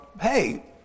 hey